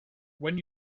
when